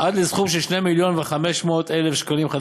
עד סכום של 2 מיליון ו-500,000 ש"ח.